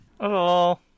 Hello